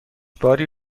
باری